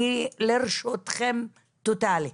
אני לרשותכם טוטאלית.